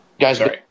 guys